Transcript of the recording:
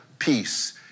peace